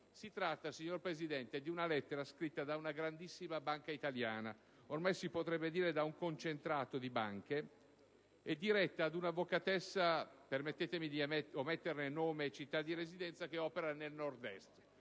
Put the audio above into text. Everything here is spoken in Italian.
Si tratta di una lettera scritta da una grandissima banca nazionale, che ormai si potrebbe definire un "concentrato" di banche, e diretta ad un'avvocatessa - permettetemi di ometterne nome e città di residenza - che opera nel Nord-Est,